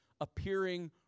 appearing